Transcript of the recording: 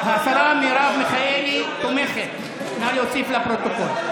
השרה מרב מיכאלי תומכת, נא להוסיף לפרוטוקול.